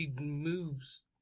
moves